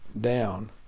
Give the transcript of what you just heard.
down